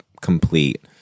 complete